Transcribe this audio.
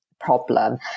Problem